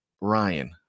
Ryan